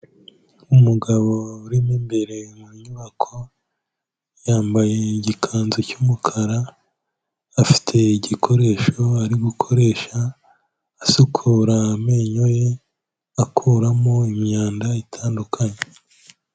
Umugabo urimo imbere mu nyubako yambaye igikanzu cy'umukara, afite igikoresho ari gukoresha asukura amenyo ye, akuramo imyanda itandukanye.